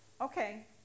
Okay